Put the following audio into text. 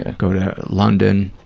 and go to london,